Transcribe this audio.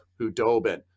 Hudobin